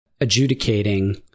adjudicating